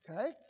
Okay